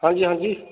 ਹਾਂਜੀ ਹਾਂਜੀ